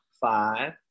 Five